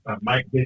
Mike